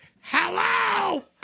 hello